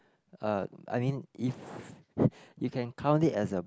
uh I mean if you can count it as a